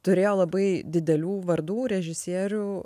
turėjo labai didelių vardų režisierių